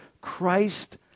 Christ